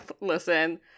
Listen